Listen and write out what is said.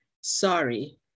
Sorry